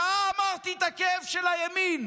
שעה אמרתי את הכאב של הימין,